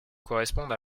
correspondent